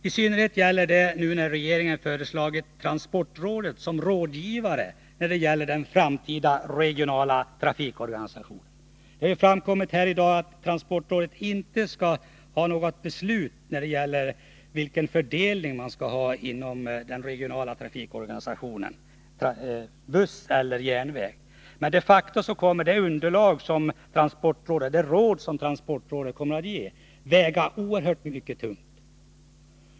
I synnerhet gäller det nu, när regeringen föreslagit transportrådet som rådgivare beträffande den framtida regionala trafikorganisationen. Det har framkommit här i dag att transportrådet inte skall fatta något beslut när det gäller vilken fördelning man skall ha inom den regionala trafikorganisationen — om man skall ha buss eller järnväg. Men det råd som transportrådet ger kommer att väga oerhört tungt.